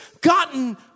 gotten